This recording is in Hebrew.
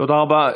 תודה רבה.